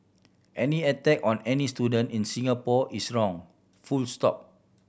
any attack on any student in Singapore is wrong full stop